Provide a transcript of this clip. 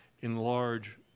enlarge